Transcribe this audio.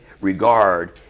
regard